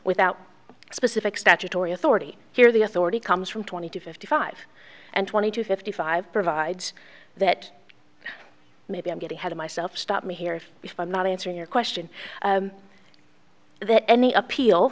without specific statutory authority here the authority comes from twenty to fifty five and twenty two fifty five provides that maybe i'm getting ahead of myself stop me here if beef i'm not answering your question that any appeal